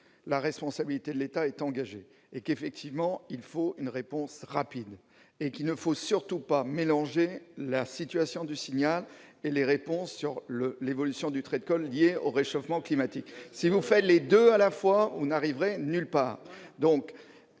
la responsabilité de l'État est engagée, il faut une réponse rapide. Il ne faut surtout pas mélanger la situation du Signal et les réponses à l'évolution du trait de côte liée au réchauffement climatique. Évidemment ! Si vous faites les deux à la fois, vous n'arriverez à rien